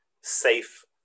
safe